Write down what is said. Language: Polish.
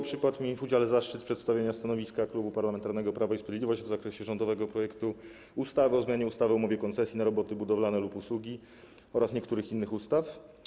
Przypadł mi w udziale zaszczyt przedstawienia stanowiska Klubu Parlamentarnego Prawo i Sprawiedliwość w zakresie rządowego projektu ustawy o zmianie ustawy o umowie koncesji na roboty budowlane lub usługi oraz niektórych innych ustaw.